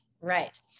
right